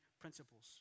principles